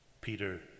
Peter